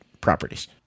properties